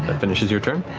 but finishes your turn?